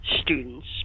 students